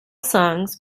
songs